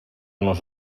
nos